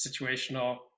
situational